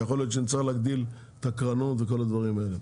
כי יכול להיות שנצטרך להגדיל את הקרנות וכל הדברים האלה.